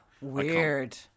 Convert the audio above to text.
Weird